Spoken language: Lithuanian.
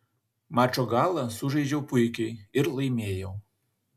mačo galą sužaidžiau puikiai ir laimėjau